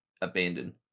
abandoned